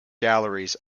galleries